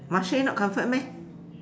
Marche not comfort meh